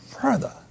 further